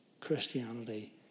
Christianity